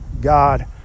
God